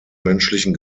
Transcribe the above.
menschlichen